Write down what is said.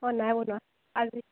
অঁ নাই বনোৱা আজি